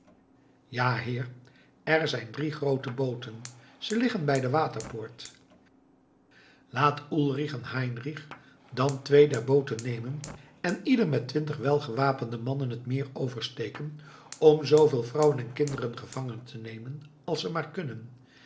ja heer er zijn drie groote booten ze liggen bij de waterpoort laat ulrich en heinrich dan twee der booten nemen en ieder met twintig welgewapende mannen het meer oversteken om zooveel vrouwen en kinderen gevangen te nemen als ze maar kunnen